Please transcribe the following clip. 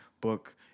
book